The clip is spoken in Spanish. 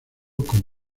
con